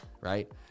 right